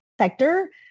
sector